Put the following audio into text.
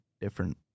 different